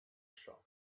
shop